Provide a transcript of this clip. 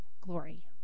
glory